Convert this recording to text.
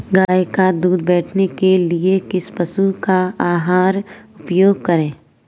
गाय का दूध बढ़ाने के लिए किस पशु आहार का उपयोग करें?